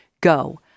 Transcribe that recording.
go